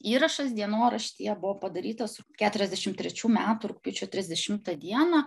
įrašas dienoraštyje buvo padarytos keturiasdešim trečių metų rugpjūčio trisdešimtą dieną